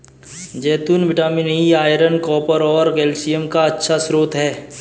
जैतून vitamin E, iron, copper और calcium का अच्छा स्रोत हैं